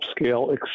upscale